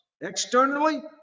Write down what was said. Externally